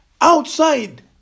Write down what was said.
Outside